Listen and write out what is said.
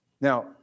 Now